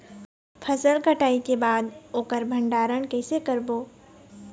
फसल कटाई के बाद ओकर भंडारण कइसे करबो?